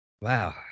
Wow